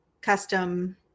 custom